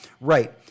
Right